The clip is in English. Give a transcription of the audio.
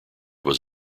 was